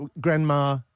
grandma